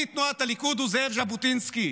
אבי תנועת הליכוד הוא זאב ז'בוטינסקי.